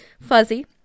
fuzzy